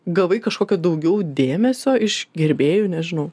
gavai kažkokio daugiau dėmesio iš gerbėjų nežinau